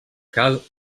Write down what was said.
cal